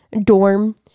dorm